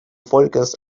volkes